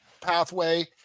pathway